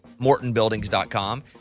mortonbuildings.com